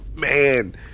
man